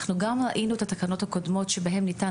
אנחנו גם ראינו את התקנות הקודמות שבהן ניתן